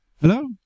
Hello